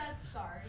sorry